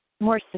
more